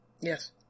Yes